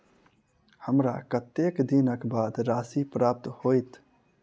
हमरा कत्तेक दिनक बाद राशि प्राप्त होइत?